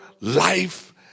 life